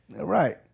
Right